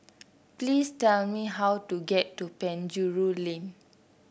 please tell me how to get to Penjuru Lane